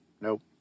Nope